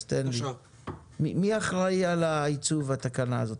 מי אחראי על עיצוב התקנה הזאת?